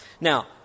Now